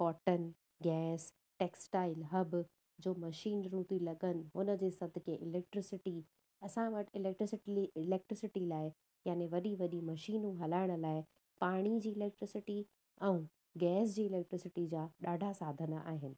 cotton gas textile hub जो machine रूपी लॻनि उन जे सदके इलेक्ट्रिसिटी असां वटि इलेक्ट्रिसिटी इलेक्ट्रिसिटी लाइ यानि वॾी वॾी मशीनूं हलाइण लाइ पाणी जी इलेक्ट्रिसिटी ऐं गैस जी इलेक्ट्रिसिटी जा ॾाढा साधन आहिनि